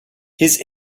his